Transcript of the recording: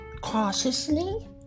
cautiously